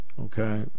okay